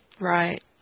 Right